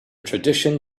tradition